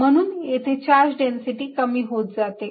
म्हणून येथे charge density कमी होत जाते